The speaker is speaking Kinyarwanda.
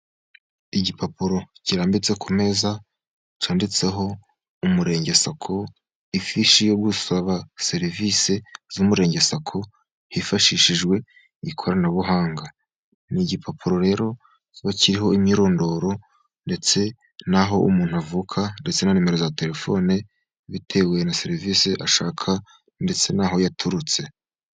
Igipapuro kirambitse ku meza cyanditseho umurenge Sako, ifishi yo gusaba serivisi z'umurenge Sako, hifashishijwe ikoranabuhanga . N'igipapuro rero kiba bakiririho imyirondoro, ndetse n'ahoho umuntu avuka, ndetse na nimero za telefone, bitewe na serivisi ashaka ndetse n'aho yaturutse.